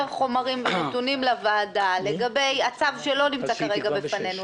נתונים לוועדה לגבי הצו שלא נמצא כרגע בפנינו,